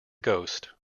ghost